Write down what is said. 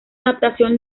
adaptación